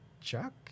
Chuck